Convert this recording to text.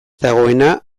dagoena